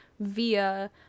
via